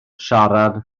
siarad